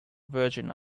virgin